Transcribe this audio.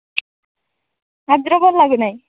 ଆଜିର ଭଲ ଲାଗୁନାହିଁ